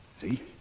See